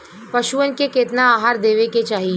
पशुअन के केतना आहार देवे के चाही?